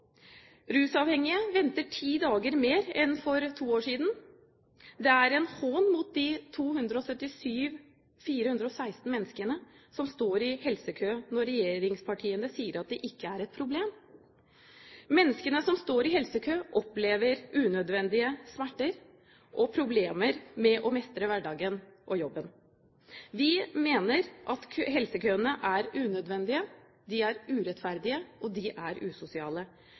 Rusavhengige venter ti dager mer enn for to år siden. Det er en hån mot de 277 416 menneskene som står i helsekø – når regjeringspartiene sier at det ikke er et problem. Mennesker som står i helsekø, opplever unødvendige smerter og problemer med å mestre hverdagen og jobben. Vi mener at helsekøene er unødvendige, de er urettferdige, og de er usosiale.